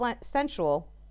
sensual